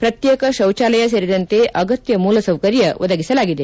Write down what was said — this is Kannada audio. ಪ್ರತ್ನೇಕ ಶೌಚಾಲಯ ಸೇರಿದಂತೆ ಅಗತ್ನ ಮೂಲಸೌಕರ್ಯ ಒದಗಿಸಲಾಗಿದೆ